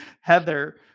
Heather